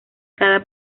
cada